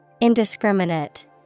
Indiscriminate